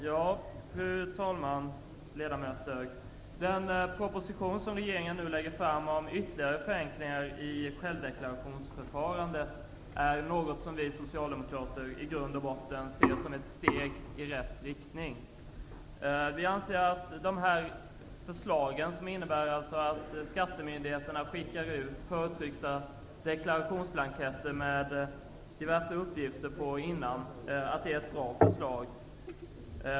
Fru talman! Den proposition som regeringen nu har lagt fram om ytterligare förenklingar i deklarationsförfarandet är något som vi socialdemokrater i grund och botten ser som ett steg i rätt riktning. Vi anser att detta förslag, som innebär att skattemyndigheterna skickar ut förtryckta deklarationsblanketter med diverse uppgifter, är ett bra förslag.